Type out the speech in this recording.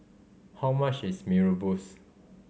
how much is Mee Rebus